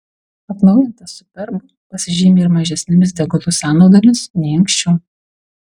atnaujintas superb pasižymi ir mažesnėmis degalų sąnaudomis nei anksčiau